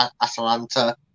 Atalanta